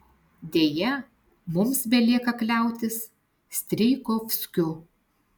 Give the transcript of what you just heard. deja mums belieka kliautis strijkovskiu